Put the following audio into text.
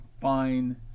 fine